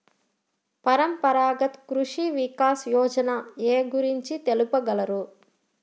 పరంపరాగత్ కృషి వికాస్ యోజన ఏ గురించి తెలుపగలరు?